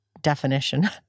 definition